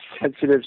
sensitive